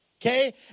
Okay